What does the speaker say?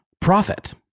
profit